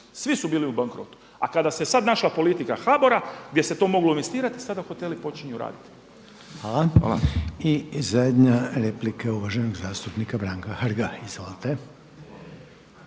svi su bili u bankrotu. A kad se sad naša politika HBOR-a gdje se to moglo investirati sada hoteli počinju raditi. Hvala. **Reiner, Željko (HDZ)** Hvala. I zadnja replika je uvaženog zastupnika Branka Hrga. Izvolite.